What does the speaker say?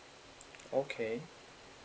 okay